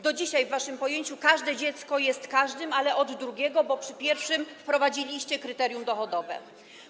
Do dzisiaj w waszym pojęciu każde dziecko jest każdym, ale od drugiego, bo przy pierwszym wprowadziliście kryterium dochodowe.